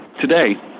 Today